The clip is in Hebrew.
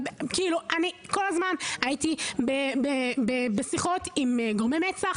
כל הזמן הייתי בשיחות עם גורמי מצ"ח